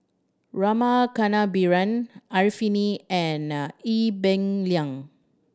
Rama Kannabiran Arifin and Ee Peng Liang